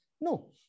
No